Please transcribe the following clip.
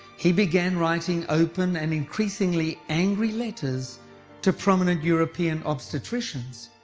he began writing open and increasingly angry letters to prominent european obstetricians,